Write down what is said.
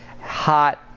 hot